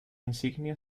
insignia